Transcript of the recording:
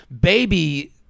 baby